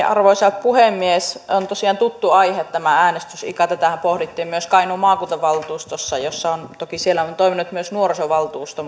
arvoisa puhemies on tosiaan tuttu aihe tämä äänestysikä tätähän pohdittiin myös kainuun maakuntavaltuustossa toki siellä on toiminut myös nuorisovaltuusto